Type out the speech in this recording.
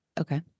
Okay